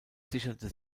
sicherte